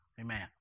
Amen